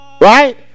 Right